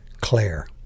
Claire